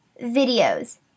videos